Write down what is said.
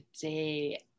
today